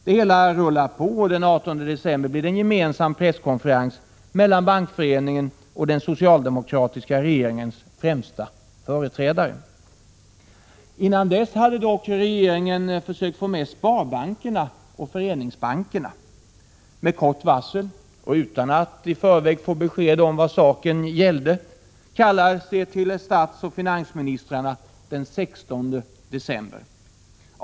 Det hela rullar på, och den 18 december blir det en gemensam presskonferens med Bankföreningen och den socialdemokratiska regeringens främsta företrädare. Innan dess hade dock regeringen försökt få med sparbankerna och föreningsbankerna. Med kort varsel och utan att i förväg få besked om vad saken gällde kallades de till statsoch finansministrarna den 16 december.